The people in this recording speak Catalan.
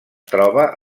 troba